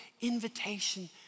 invitation